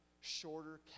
Shorter